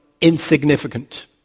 insignificant